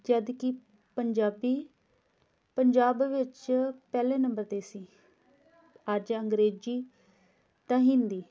ਜਦ ਕਿ ਪੰਜਾਬੀ ਪੰਜਾਬ ਵਿੱਚ ਪਹਿਲੇ ਨੰਬਰ 'ਤੇ ਸੀ ਅੱਜ ਅੰਗਰੇਜ਼ੀ ਤਾਂ ਹਿੰਦੀ